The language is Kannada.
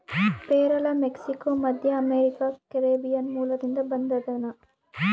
ಪೇರಲ ಮೆಕ್ಸಿಕೋ, ಮಧ್ಯಅಮೇರಿಕಾ, ಕೆರೀಬಿಯನ್ ಮೂಲದಿಂದ ಬಂದದನಾ